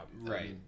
Right